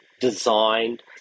designed